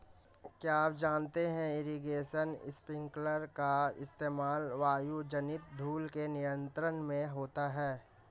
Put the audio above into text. क्या आप जानते है इरीगेशन स्पिंकलर का इस्तेमाल वायुजनित धूल के नियंत्रण में होता है?